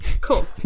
Cool